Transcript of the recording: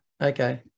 Okay